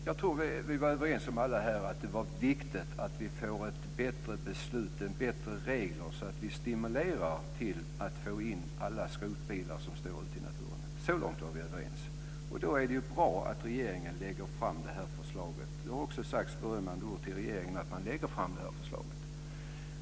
Fru talman! Alla här är överens om att det är viktigt att vi får en bättre regel, som stimulerar till ett tillvaratagande av alla de skrotbilar som står ute i naturen. Det är då bra att regeringen lägger fram det här förslaget. Det har också sagts berömmande ord till regeringen för att den lägger fram förslaget.